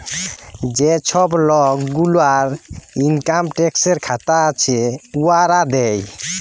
যে ছব লক গুলার ইলকাম ট্যাক্সের খাতা আছে, উয়ারা দেয়